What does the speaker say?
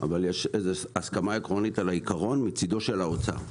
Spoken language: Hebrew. אבל יש איזה הסכמה על העיקרון מצדו של האוצר,